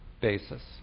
basis